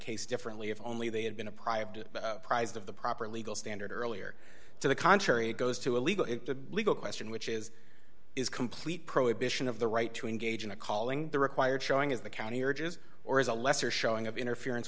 case differently if only they had been a private prised of the proper legal standard earlier to the contrary it goes to a legal the legal question which is is complete prohibition of the right to engage in a calling the required showing is the county urges or is a lesser showing of interference